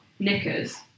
Knickers